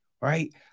right